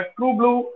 True-blue